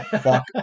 fuck